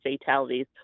fatalities